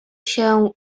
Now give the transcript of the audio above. się